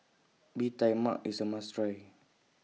Bee Tai Mak IS A must Try